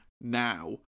now